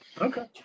Okay